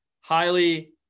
highly